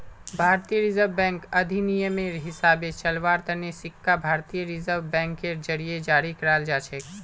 भारतीय reserve bank अधिनियमेर हिसाबे चलव्वार तने सिक्का भारतीय रिजर्व बैंकेर जरीए जारी कराल जाछेक